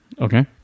Okay